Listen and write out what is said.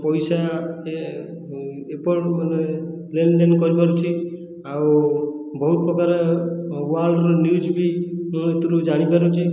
ପଇସା ଏ ଏପଟ ମାନେ ଲେନ ଦେନ କରିପାରୁଛି ଆଉ ବହୁତ ପ୍ରକାର ୱାର୍ଲଡ଼ର ନ୍ୟୁଜ ବି ମୁଁ ଏଥିରୁ ଜାଣିପାରୁଛି